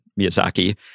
Miyazaki